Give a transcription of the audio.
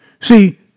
See